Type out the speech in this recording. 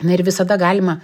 na ir visada galima